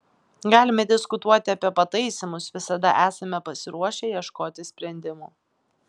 galime diskutuoti apie pataisymus visada esame pasiruošę ieškoti sprendimų